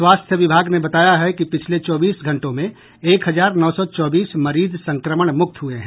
स्वास्थ्य विभाग ने बताया है कि पिछले चौबीस घंटों में एक हजार नौ सौ चौबीस मरीज संक्रमण मुक्त हुये हैं